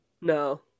No